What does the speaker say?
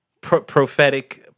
prophetic